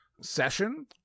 session